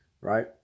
right